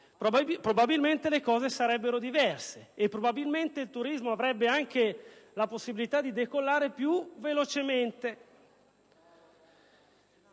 probabilmente le cose sarebbero diverse e il turismo avrebbe anche la possibilità di decollare più velocemente.